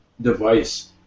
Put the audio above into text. device